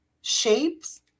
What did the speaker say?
shapes